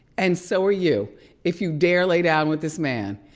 and so are you if you dare lay down with this man.